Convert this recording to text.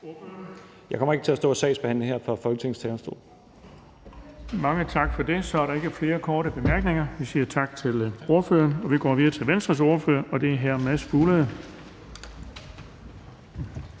Jeg kommer ikke til at stå og sagsbehandle her fra Folketingets talerstol. Kl. 10:50 Den fg. formand (Erling Bonnesen): Mange tak for det. Så er der ikke flere korte bemærkninger. Vi siger tak til ordføreren, og vi går videre til Venstres ordfører, og det er hr. Mads Fuglede.